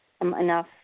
enough